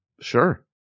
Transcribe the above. Sure